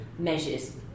measures